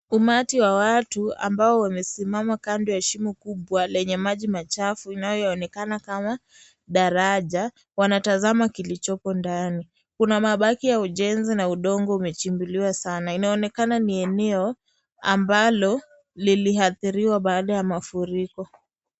Umati wa watu ambao wamesimama kando ya shimo kubwa lenye maji machafu inayoonekana kama daraja. Wanatazama kilichoko ndani . Kunamabaki ya ujenzi na udongo imejimbuliwa sana. Inaonekana ni eneo ambalo iliathiriwa baada ya mafuriko.